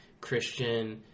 Christian